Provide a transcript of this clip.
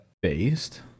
based